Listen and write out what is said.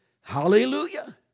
Hallelujah